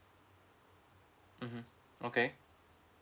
mmhmm okay